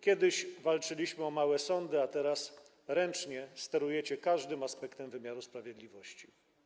Kiedyś walczyliśmy o małe sądy, a teraz ręcznie sterujecie każdym aspektem wymiaru sprawiedliwości.